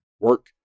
Work